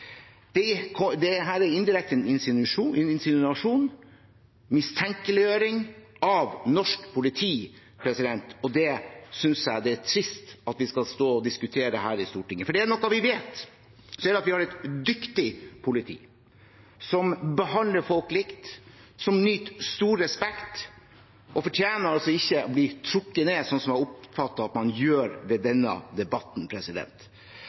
er indirekte en insinuasjon, det er en mistenkeliggjøring av norsk politi, og det synes jeg det er trist at vi skal stå og diskutere her i Stortinget. Er det noe vi vet, er det at vi har et dyktig politi som behandler folk likt, som nyter stor respekt, og som altså ikke fortjener å bli trukket ned slik jeg oppfatter at man gjør med denne debatten.